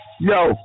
Yo